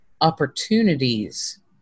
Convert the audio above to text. opportunities